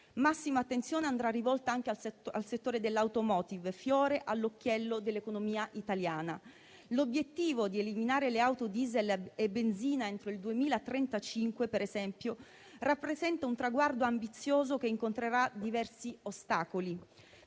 Massima attenzione andrà rivolta anche al settore dell'*automotive*, fiore all'occhiello dell'economia italiana. L'obiettivo di eliminare le auto diesel e a benzina entro il 2035, per esempio, rappresenta un traguardo ambizioso che incontrerà diversi ostacoli.